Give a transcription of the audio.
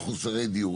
מחוסרי דיור,